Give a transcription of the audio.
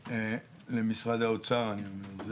למשרד האוצר אני אומר,